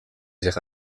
zich